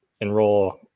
enroll